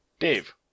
Dave